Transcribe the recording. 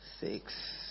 six